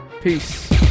Peace